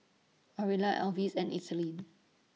Orilla Alvis and Ethelene